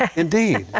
ah indeed.